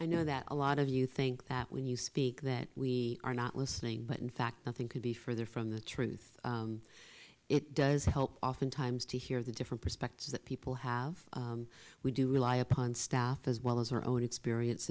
i know that a lot of you think that when you speak that we are not listening but in fact nothing could be further from the truth it does help oftentimes to hear the different perspectives that people have we do rely upon staff as well as our own